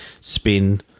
spin